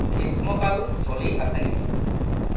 গ্ৰীষ্মকাল চলি আছে নেকি